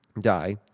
die